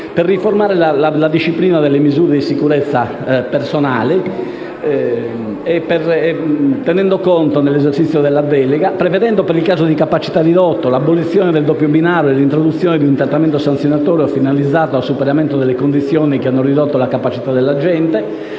per riformare la disciplina delle misure di sicurezza personali, prevedendo, in caso di capacità ridotta, l'abolizione del doppio binario e l'introduzione di un trattamento sanzionatorio finalizzato al superamento delle condizioni che hanno ridotto la capacità dell'agente,